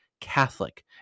Catholic